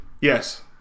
Yes